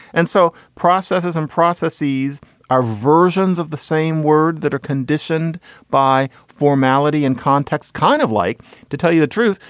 and so processes and processes are versions of the same word that are conditioned by formality and context kind of like to tell you the truth,